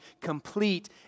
complete